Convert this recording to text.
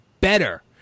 better